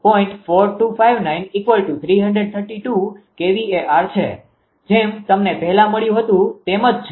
4259338 kVAr છે જેમ તમને પહેલા મળ્યું હતું તેમ જ છે